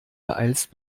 beeilst